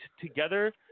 together